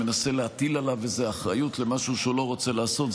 שמנסה להטיל עליו איזו אחריות למשהו שהוא לא רוצה לעשות.